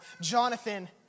Jonathan